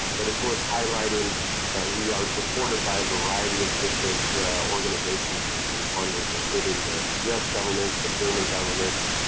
but it's worth highlighting that we are supported by a variety of different organizations and and funders, including the us government, the german government,